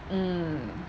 mm